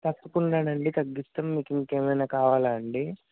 తప్పకుండానండి తగ్గిస్తాం మీకింకా ఏమైనా కావాలా అండి